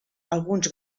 alguns